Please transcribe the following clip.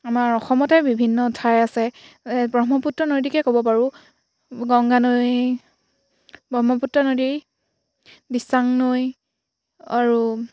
আমাৰ অসমতে বিভিন্ন ঠাই আছে ব্ৰহ্মপুত্ৰ নদীকে ক'ব পাৰোঁ গংগা নৈ ব্ৰহ্মপুত্ৰ নদী দিচাং নৈ আৰু